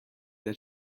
that